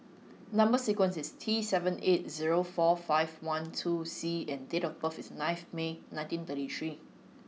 number sequence is T seven eight zero four five one two C and date of birth is ninth May nineteen thirty three